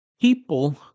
people